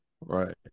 Right